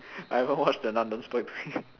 I haven't watch the nun don't spoil to me